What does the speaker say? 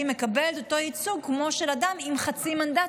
מקבל את אותו ייצוג כמו של אדם עם חצי מנדט,